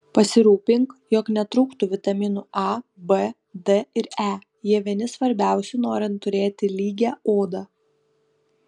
pasirūpink jog netrūktų vitaminų a b d ir e jie vieni svarbiausių norint turėti lygią odą